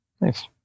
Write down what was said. Nice